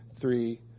three